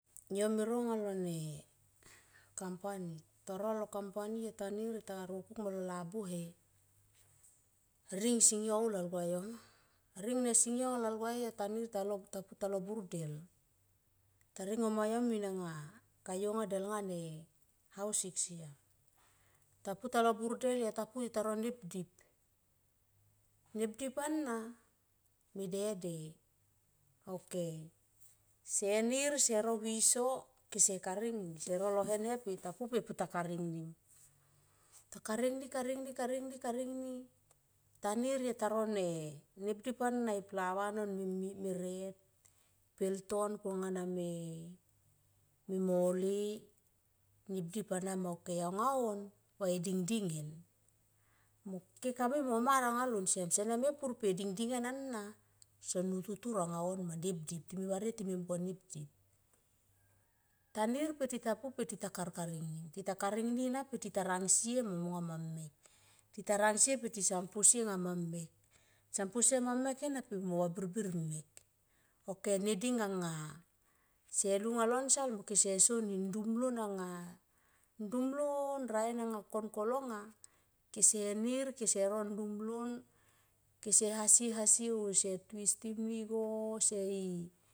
Yo me no anga lone kampani ta no lo kampani yo ta nir ta rokuk molo labuhe. Ring sing yo un lal gua yo ma ring ne sing yo ta nir ta long ta pu talo bur del. Ta ringoma yomi anga ka yo nga del nga haus sik siam ta pu talo bundel ta pu taro neo dip. Nep dip, nep dip ana me dede ok senir se ro viso kese karing ni se ro lohen he pe ta pu pe ta karings ni. Ta karing ni karing ni karing ni, karing ni karing ni. Tanir taro ne nepdip ana e plava non me ret pelton konga na me mole nep dip ana ma ok aumga on. Sene mepur pe e ding dingen ana son utu tur anga on ma nep dip. Time varie ti me mung kon nep dip tanir per tita pu pe tita karkaring nim. Tita karing ni na per tita rang sie ma monga ma mek. Tita rang sie pe ti son posie anga ma mek san posie anga ma mek ena pe mo vabirbir mek. Ok ne ding anga se lunga lo nsal mo kese soni ndum lon anga ndum lon anga ra en kolo nga kese nir kese ro ndum lon kese hasie hasie se twistim ni igo kese i.